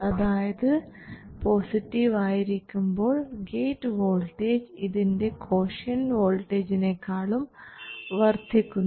അതായത് പോസിറ്റീവ് ആയിരിക്കുമ്പോൾ gate voltage ഇതിൻറെ കോഷ്യന്റ് വോൾട്ടേജിനേക്കാളും വർദ്ധിക്കുന്നു